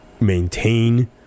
maintain